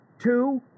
two